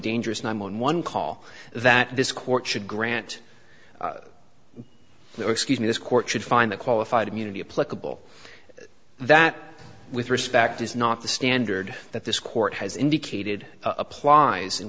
dangerous and i'm on one call that this court should grant no excuse me this court should find a qualified immunity a pluggable that with respect is not the standard that this court has indicated applies in